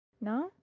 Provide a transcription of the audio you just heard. no